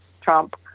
Trump